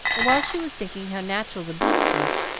and while she was thinking how natural the boots looked,